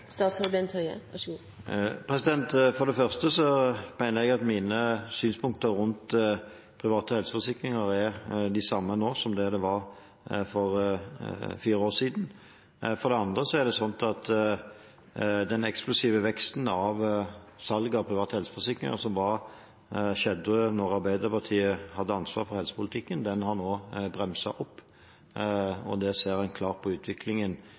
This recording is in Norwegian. For det første mener jeg at mine synspunkter på private helseforsikringer er de samme nå som for fire år siden. For det andre er det slik at den eksplosive veksten i salg av private helseforsikringer som skjedde da Arbeiderpartiet hadde ansvaret for helsepolitikken, nå har bremset opp – det ser en klart av utviklingen.